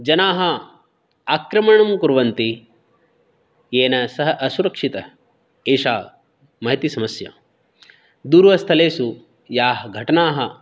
जनाः आक्रमणं कुर्वन्ति येन सः असुरक्षितः एषा महती समस्या दूरस्थलेषु याः घटनाः